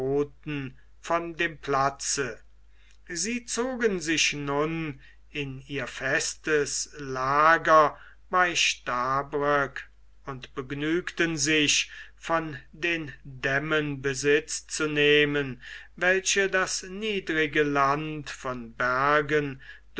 von dem platze sie zogen sich nun in ihr festes lager bei stabroek und begnügten sich von den dämmen besitz zu nehmen welche das niedrige land von bergen